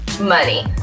Money